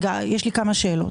יש לי כמה שאלות.